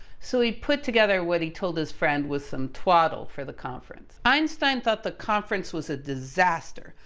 so, he put together what he told his friend was some twaddle for the conference. einstein thought the conference was a disaster,